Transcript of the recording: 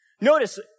Notice